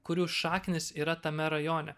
kurių šaknys yra tame rajone